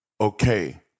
okay